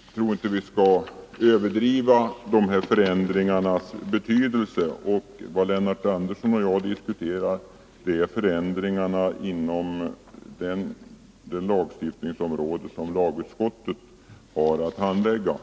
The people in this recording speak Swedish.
Jag tror inte att vi skall överdriva de här förändringarnas betydelse. Vad Lennart Andersson och jag diskuterar är förändringarna inom det lagstiftningsområde som lagutskottet har att handlägga.